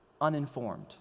uninformed